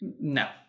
No